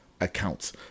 accounts